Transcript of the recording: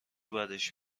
بدش